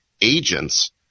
agents